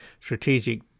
strategic